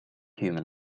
human